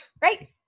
Right